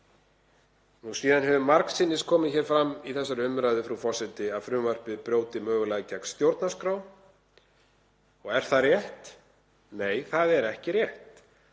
Síðan hefur margsinnis komið hér fram í þessari umræðu, frú forseti, að frumvarpið brjóti mögulega gegn stjórnarskrá. Er það rétt? Nei, það er ekki rétt.